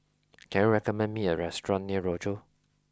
can you recommend me a restaurant near Rochor